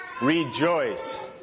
Rejoice